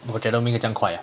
我觉得没有这样快啊